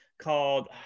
called